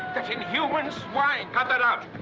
that inhuman swine! cut that out!